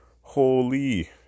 holy